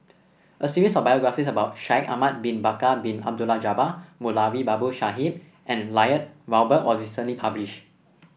a series of biographies about Shaikh Ahmad Bin Bakar Bin Abdullah Jabbar Moulavi Babu Sahib and Lloyd Valberg was recently published